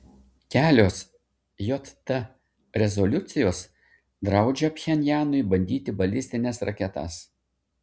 kelios jt rezoliucijos draudžia pchenjanui bandyti balistines raketas